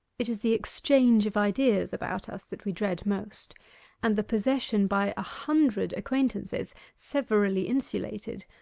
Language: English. it is the exchange of ideas about us that we dread most and the possession by a hundred acquaintances, severally insulated,